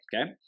okay